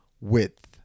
width